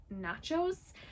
nachos